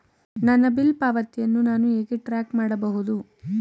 ನನ್ನ ಬಿಲ್ ಪಾವತಿಯನ್ನು ನಾನು ಹೇಗೆ ಟ್ರ್ಯಾಕ್ ಮಾಡಬಹುದು?